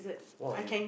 !woah! you